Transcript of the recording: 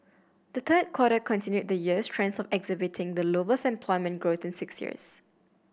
the third quarter continued the year's trend of exhibiting the lowest employment growth in six years